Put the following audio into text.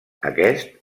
aquest